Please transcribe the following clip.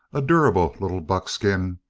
a durable little buckskin,